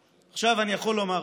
עכשיו, אני יכול לומר משהו.